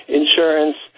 insurance